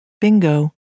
bingo